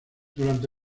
durante